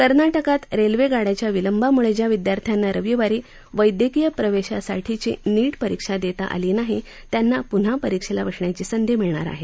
कर्नाटकात रेल्वेगाडयांच्या विलंबामुळे ज्या विद्यार्थ्याना रविवारी वैद्यकीय प्रवेशासाठीची नीट परीक्षा देता आली नाही त्यांना प्न्हा परीक्षेला बसण्याची संधी मिळणार आहे